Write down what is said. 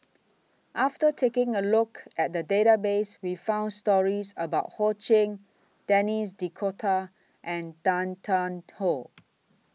after taking A Look At The Database We found stories about Ho Ching Denis D'Cotta and Tan Tarn How